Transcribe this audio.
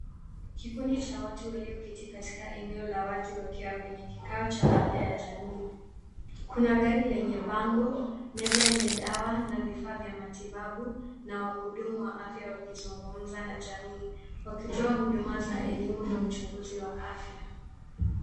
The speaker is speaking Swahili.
Kikundi cha watu walio keti katika eneo la wazi wakiwa kwenye kikao cha afya ya jamii. Kuna gari lenye bango, meza yenye dawa na vifaa vya matibabu na wahudumu wa afya wakizungumza na jamii wakitoa huduma za elimu na uchunguzi wa afya.